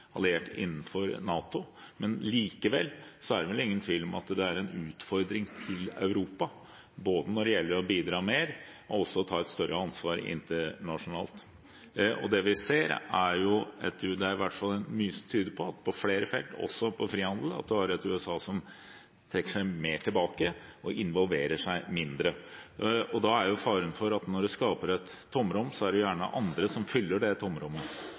alliert innenfor NATO. Men likevel er det ingen tvil om at det er en utfordring til Europa både til å bidra mer og til å ta et større ansvar internasjonalt. Det er mye som tyder på at vi på flere felt, også på frihandel, har et USA som trekker seg mer tilbake og involverer seg mindre. Når en skaper et tomrom, er det en fare for at andre fyller det tomrommet. Da blir mitt spørsmål til statsministeren, som også har vært på nordisk statsministermøte: Hvordan vil hun bidra til at det er Europa som